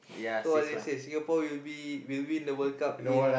so what they say Singapore will be will win the World-Cup in